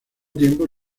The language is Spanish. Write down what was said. tiempo